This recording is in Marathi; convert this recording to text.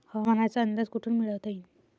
हवामानाचा अंदाज कोठून मिळवता येईन?